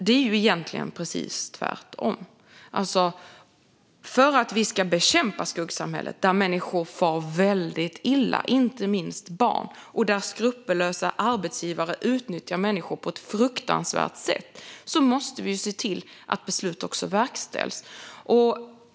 Det är egentligen precis tvärtom. För att vi ska bekämpa skuggsamhället, där människor, inte minst barn, far väldigt illa och där skrupelfria arbetsgivare utnyttjar människor på ett fruktansvärt sätt, måste vi se till att beslut verkställs.